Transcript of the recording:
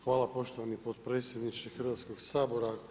Hvala poštovani potpredsjedniče Hrvatskoga sabora.